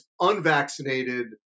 unvaccinated